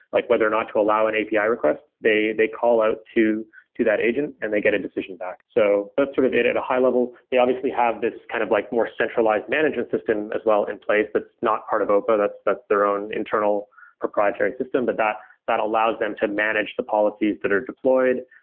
like whether or not to allow an api request, they they call out to to that agent and they get a decision back. so that's sort of it at a high-level. they obviously have this kind of like more centralized management system as well in place that's not part of opa, that's that's their own internal proprietary system. but that that allows them to manage the policies that are deployed.